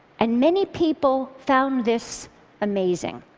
and many people found this amazing.